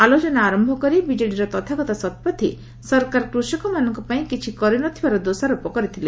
ଆଲୋଚନା ଆରମ୍ଭ କରି ବିଜେଡ଼ିର ତଥାଗତ ଶତପଥୀ ସରକାର କୃଷକମାନଙ୍କ ପାଇଁ କିଛି କରିନଥିବାର ଦୋଷାରୋପ କରିଥିଲେ